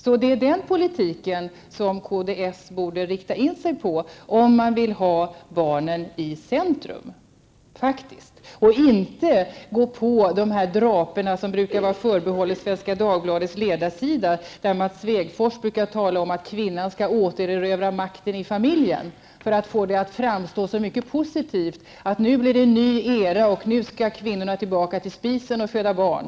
Det är alltså den politiken som kds borde rikta in sig på om de vill ha barnen i centrum och inte på de drapor som brukar vara förbehållna Svenska Dagbladets ledarsida. Där brukar Mats Svegfors tala om att kvinnan skall återerövra makten i familjen, för att få det att framstå som något mycket positivt -- nu skall det bli en ny era, och nu skall kvinnorna tillbaka till spisen och föda barn.